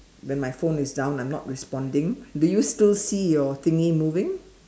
then my phone is down I'm not responding do you still see your thingy moving